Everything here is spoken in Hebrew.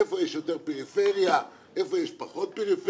איפה יש יותר פריפריה ואיפה פחות,